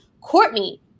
Courtney